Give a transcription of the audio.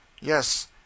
Yes